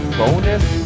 bonus